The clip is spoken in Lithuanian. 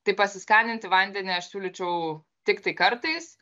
tai pasiskaninti vandenį aš siūlyčiau tiktai kartais